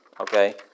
Okay